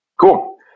Cool